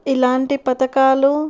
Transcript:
ఇలాంటి పథకాలు